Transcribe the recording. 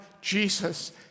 Jesus